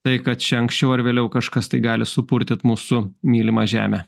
tai kad čia anksčiau ar vėliau kažkas tai gali supurtyt mūsų mylimą žemę